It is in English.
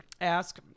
ask